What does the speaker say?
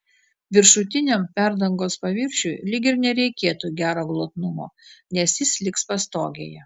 viršutiniam perdangos paviršiui lyg ir nereikėtų gero glotnumo nes jis liks pastogėje